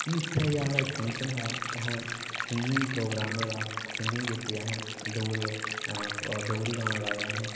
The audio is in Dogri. ते इत्थै साढ़ा इक फंक्शन हा सिंगिंग प्रोग्राॅम होएआ ते असें सिंगिंग कीती असें डोगरी दे गाने गाए असें